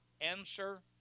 answer